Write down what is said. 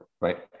right